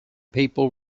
people